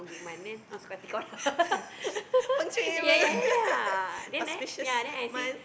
fenshui apa auspicious month